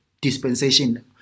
dispensation